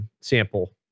Sample